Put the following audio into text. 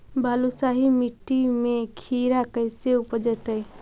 बालुसाहि मट्टी में खिरा कैसे उपजतै?